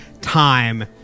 time